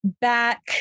back